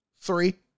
Three